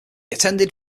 attended